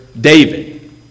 David